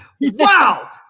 Wow